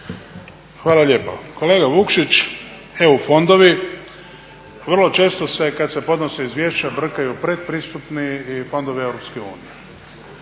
Hvala lijepo. Kolega Vukšić, EU fondovi vrlo često se kad se podnose izvješća brkaju pretpristupni i fondovi EU.